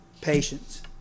patience